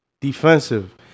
defensive